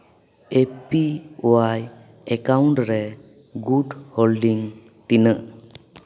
ᱮ P Y account ᱨᱮ ᱜᱩᱴ holding ᱛᱤᱱᱟᱹᱜ